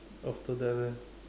after that leh